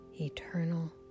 eternal